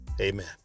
Amen